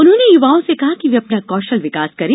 उन्होंने युवाओं से कहा कि वे अपना कौशल विकास करें